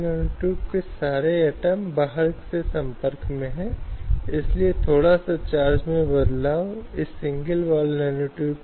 अब आम तौर पर जब हम इस शब्द की बात करते हैं तो यह एक ऐसे व्यवहार को संदर्भित करता है जिसमें एक यौन संबंध है